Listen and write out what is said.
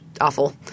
awful